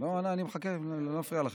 לא, אני מחכה, לא אפריע לכם.